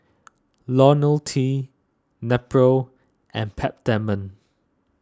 Ionil T Nepro and Peptamen